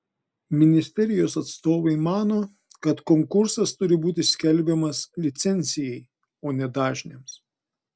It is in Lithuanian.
ministerijos atstovai mano kad konkursas turi būti skelbiamas licencijai o ne dažniams